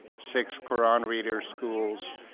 six qur'an reader schools,